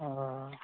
ओऽ